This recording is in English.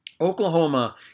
Oklahoma